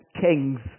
kings